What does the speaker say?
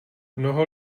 mnoho